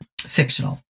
fictional